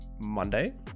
Monday